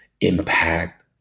impact